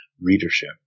readership